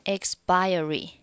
Expiry